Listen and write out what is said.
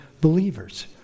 believers